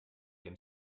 dem